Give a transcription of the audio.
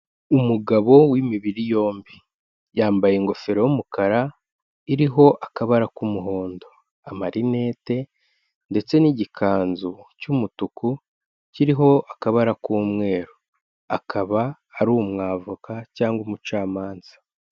Umugabo w'imibiri yombi, yambaye ingofero y'umukara, iriho akabara k'umuhondo, amarinete ndetse n'igikanzu cy'umutuku, kiriho akabara k'umweru. Akaba ari umwavoka cyangwa umucamanza.